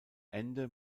ende